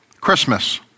Christmas